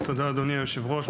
תודה אדוני היושב-ראש.